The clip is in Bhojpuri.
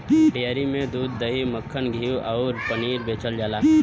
डेयरी में दूध, दही, मक्खन, घीव अउरी पनीर बेचल जाला